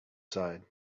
sighed